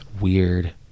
weird